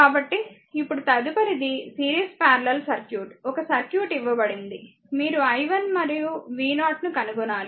కాబట్టి ఇప్పుడు తదుపరిది సిరీస్ పారలెల్ సర్క్యూట్ ఒక సర్క్యూట్ ఇవ్వబడింది మీరు i 1 మరియు v0 ను కనుగొనాలి